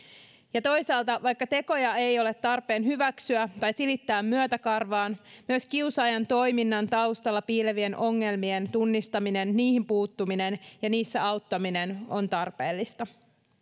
ja toisaalta vaikka tekoja ei ole tarpeen hyväksyä tai silittää myötäkarvaan myös kiusaajan toiminnan taustalla piilevien ongelmien tunnistaminen niihin puuttuminen ja niissä auttaminen on tarpeellista